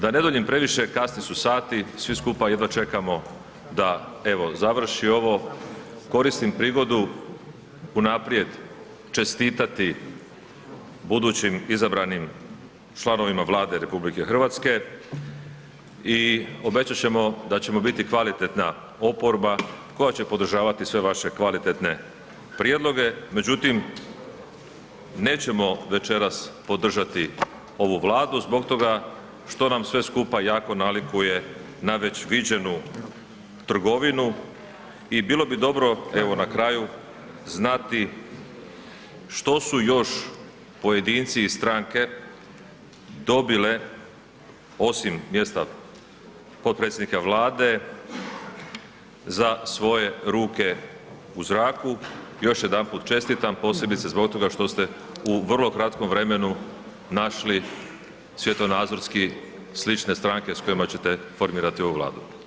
Da ne duljim previše, kasni su sati, svi skupa jedva čekamo da evo završi ovo, koristim prigodu unaprijed čestitati budućim izabranim članovima Vlade RH i obećat ćemo da ćemo biti kvalitetna oporba koja će podržavati sve vaše kvalitetne prijedloge međutim nećemo večeras podržati ovu Vladu zbog toga što nam sve skupa jako nalikuje na već viđenu trgovinu i bilo bi dobro, evo na kraju, znati što su još pojedinci i stranke dobile osim mjesta potpredsjednika Vlade za svoje ruke u zraku, još jedanput čestitam posebice zbog toga što ste u vrlo kratkom vremenu našli svjetonazorski slične stranke s kojima ćete formirati ovu Vladu.